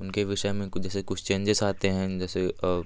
उनके विषय में कुछ जैसे कुछ चेंजिस आते हैं जैसे